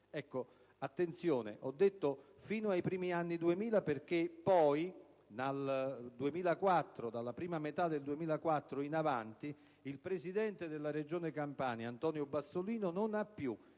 precisazione: ho detto «fino ai primi anni 2000» perché dalla prima metà del 2004 in poi il presidente della Regione Campania, Antonio Bassolino, non ha più